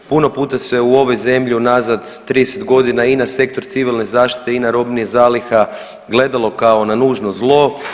Puno puta se u ovoj zemlji unazad 30 godina i na Sektor civilne zaštite i na robnih zaliha gledalo kao nužno zlo.